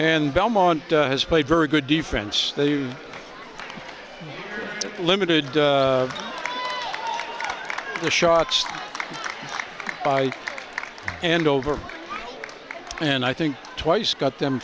and belmont has played very good defense they limited their shots by and over and i think twice got them